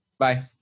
Bye